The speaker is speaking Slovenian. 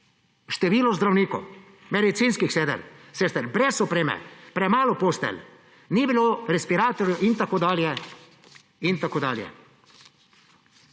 število zdravnikov, medicinskih sester brez opreme, premalo postelj, ni bilo respiratorjev in tako dalje